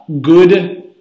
good